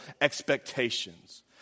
expectations